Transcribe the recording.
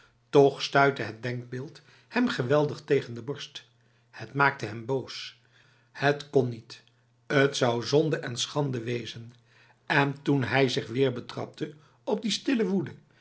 prédiertoch stuitte het denkbeeld hem geweldig tegen de borst het maakte hem boos het kon niet t zou zonde en schande wezen en toen hij zich weer betrapte op die stille woede